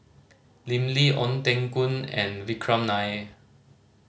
Lim Lee Ong Teng Koon and Vikram Nair